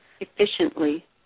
efficiently